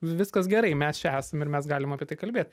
viskas gerai mes čia esam ir mes galim apie tai kalbėt